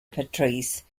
patrese